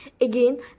again